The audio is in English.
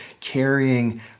carrying